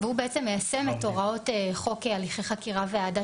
והוא בעצם מיישם את הוראות חוק הליכי חקירה והעדה